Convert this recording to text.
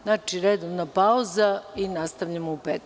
Znači, redovna pauza i nastavljamo sa radom u 15,